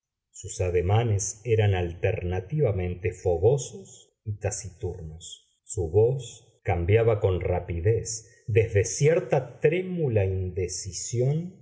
sus ademanes eran alternativamente fogosos y taciturnos su voz cambiaba con rapidez desde cierta trémula indecisión